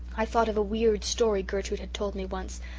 i thought of a weird story gertrude had told me once.